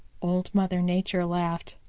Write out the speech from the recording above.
old mother nature laughed.